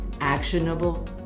actionable